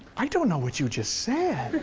i don't know what you just said.